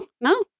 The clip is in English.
no